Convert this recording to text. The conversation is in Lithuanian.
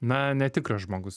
na netikras žmogus